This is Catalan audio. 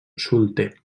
solter